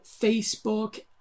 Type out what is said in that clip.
Facebook